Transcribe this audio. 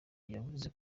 yavuze